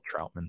Troutman